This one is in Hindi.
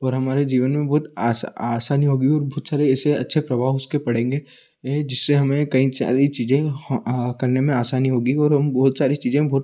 और हमारे जीवन में बहुत आसानी होगी और बहुत सारे ऐसे अच्छे प्रभाव उसके पड़ेंगे जिससे हमें कई सारी चीज़ें करने में आसानी होगी और हम बहुत सारी चीज़ें हम बहुत